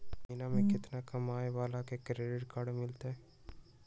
महीना में केतना कमाय वाला के क्रेडिट कार्ड मिलतै?